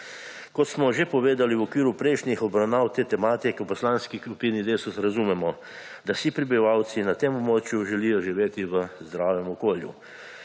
Kot smo že povedali v okviru prejšnjih obravnav te tematike v Poslanski skupini Desus razumemo, da si prebivalci na tem območju želijo živeti v zdravem okolju.